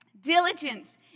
diligence